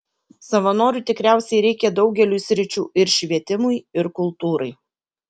savanorių tikriausiai reikia daugeliui sričių ir švietimui ir kultūrai